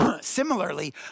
similarly